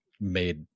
made